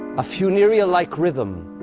a funereal-like rhythm.